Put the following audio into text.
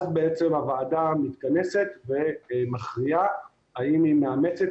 אז הוועדה מתכנסת ומכריעה האם היא מאמצת